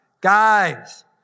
guys